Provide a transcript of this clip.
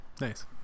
Nice